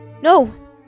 No